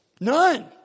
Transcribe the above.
None